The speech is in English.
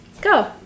Go